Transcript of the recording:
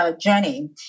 Journey